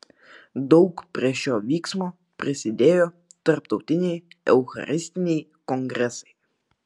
daug prie šio vyksmo prisidėjo tarptautiniai eucharistiniai kongresai